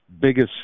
biggest